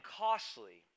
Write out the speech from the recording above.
costly